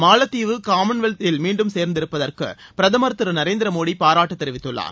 மாலத்தீவு காமன்வெல்த்தில் மீண்டும் சேர்ந்திருப்பதற்கு பிரதமர் திரு நரேந்திர மோதி பாராட்டு தெரிவித்துள்ளார்